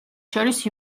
შორის